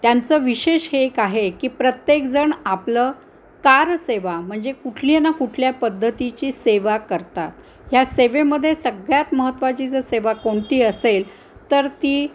त्यांचं विशेष हे एक आहे की प्रत्येकजण आपलं कार सेवा म्हणजे कुठली ना कुठल्या पद्धतीची सेवा करतात ह्या सेवेमध्ये सगळ्यात महत्त्वाची जर सेवा कोणती असेल तर ती